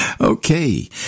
Okay